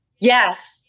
Yes